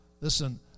listen